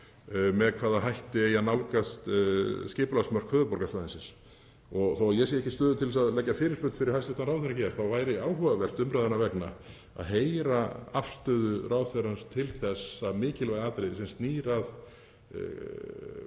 með hvaða hætti eigi að nálgast skipulagsmörk höfuðborgarsvæðisins. Þótt ég sé ekki í stöðu til að leggja fyrirspurn fyrir hæstv. ráðherra hér væri áhugavert umræðunnar vegna að heyra afstöðu ráðherrans til þessa mikilvæga atriðis sem snýr að